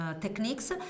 techniques